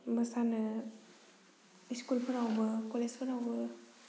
मोसानो स्कुलफोरावबो कलेजफोरावबो